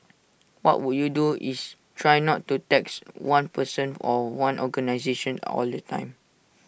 what would you do is try not to tax one person or one organisation all the time